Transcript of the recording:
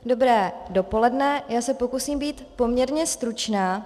Dobré dopoledne, já se pokusím být poměrně stručná.